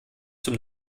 zum